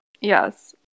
Yes